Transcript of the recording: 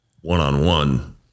one-on-one